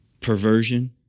perversion